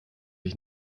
ich